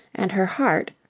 and her heart,